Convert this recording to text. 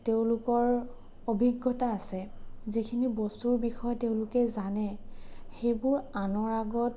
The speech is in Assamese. তেওঁলোকৰ অভিজ্ঞতা আছে যিখিনি বস্তুৰ বিষয়ে তেওঁলোকে জানে সেইবোৰ আনৰ আগত